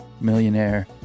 millionaire